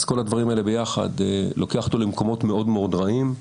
כל הדברים האלה ביחד לוקחים אותנו למקומות מאוד מאוד רעים.